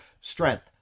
strength